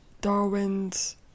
darwin's